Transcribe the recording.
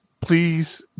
Please